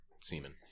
semen